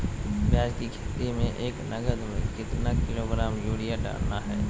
प्याज की खेती में एक एकद में कितना किलोग्राम यूरिया डालना है?